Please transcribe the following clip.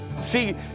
See